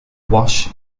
wash